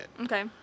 Okay